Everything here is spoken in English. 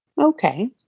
Okay